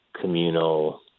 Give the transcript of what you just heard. communal